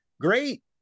great